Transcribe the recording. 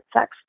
sex